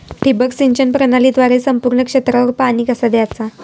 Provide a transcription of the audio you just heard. ठिबक सिंचन प्रणालीद्वारे संपूर्ण क्षेत्रावर पाणी कसा दयाचा?